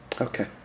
Okay